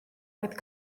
oedd